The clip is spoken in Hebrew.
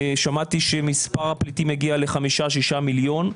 שמעתי שמספר הפליטים הגיע ל-5 6 מיליון,